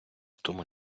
тому